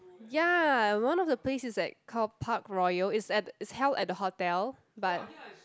ya and one of the place is at Carl-Park-Royal it's at it's held at the hotel but